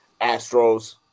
Astros